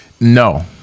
no